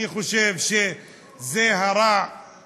אני חושב שהחוק הזה הוא הרע במיעוטו,